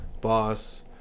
boss